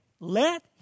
Let